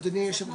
אדוני היו"ר,